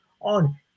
on